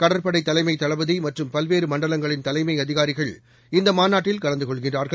கடற்படை தலைமைத் தளபதி மற்றும் பல்வேறு மண்டலங்களின் தலைமை அதிகாரிகள் இந்த மாநாட்டில் கலந்து கொள்கிறார்கள்